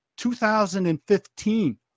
2015